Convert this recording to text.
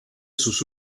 sus